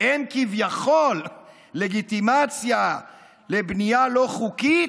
הוא כביכול לגיטימציה לבנייה לא חוקית,